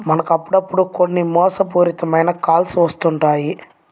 మనకు అప్పుడప్పుడు కొన్ని మోసపూరిత మైన కాల్స్ వస్తుంటాయి